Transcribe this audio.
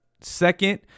Second